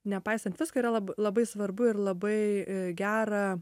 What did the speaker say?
nepaisant visko yra lab labai svarbu ir labai gera